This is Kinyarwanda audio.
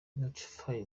notify